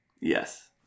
Yes